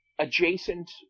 Adjacent